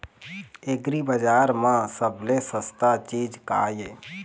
एग्रीबजार म सबले सस्ता चीज का ये?